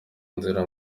nzira